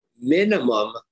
Minimum